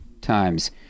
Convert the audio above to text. times